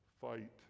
fight